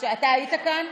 אתה היית כאן?